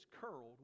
curled